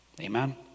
Amen